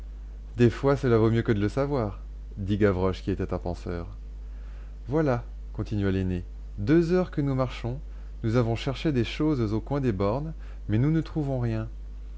des fois cela vaut mieux que de le savoir dit gavroche qui était un penseur voilà continua l'aîné deux heures que nous marchons nous avons cherché des choses au coin des bornes mais nous ne trouvons rien